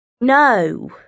no